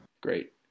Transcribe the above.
great